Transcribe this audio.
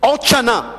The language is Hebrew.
עוד שנה,